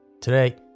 Today